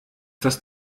das